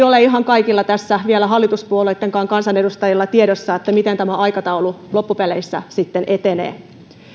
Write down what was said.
ole vielä ihan kaikilla hallituspuolueittenkaan kansanedustajilla tiedossa miten tämä aikataulu loppupeleissä sitten etenee